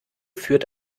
führt